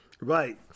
Right